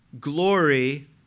Glory